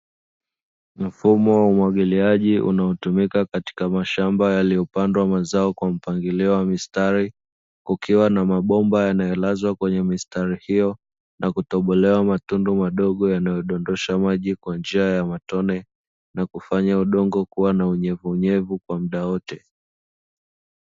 Mfumo wa umwagiliaji unaotumika katika mashamba yaliyopandwa mazao kwa mpangilio wa mistari kukiwa na mabomba yanayoelezwa kwenye mistari hiyo na kutobolewa matundu madogo yanayodondosha maji kwa njia ya matone na kufanya udongo kuwa na unyevunyevu kwa muda wote.